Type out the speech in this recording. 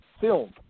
film